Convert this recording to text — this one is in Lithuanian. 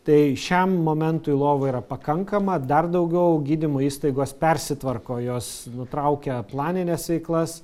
tai šiam momentui lovų yra pakankama dar daugiau gydymo įstaigos persitvarko jos nutraukia planines veiklas